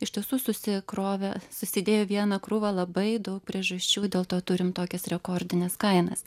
iš tiesų susikrovė susidėjo į vieną krūvą labai daug priežasčių dėl to turim tokias rekordines kainas